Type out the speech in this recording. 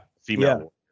Female